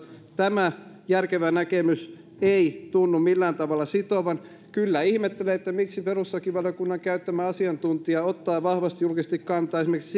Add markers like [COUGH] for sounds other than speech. tämä järkevä näkemys ei tunnu millään tavalla sitovan ihmettelen kyllä miksi perustuslakivaliokunnan käyttämä asiantuntija ottaa vahvasti julkisesti kantaa esimerkiksi [UNINTELLIGIBLE]